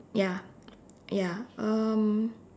ya ya um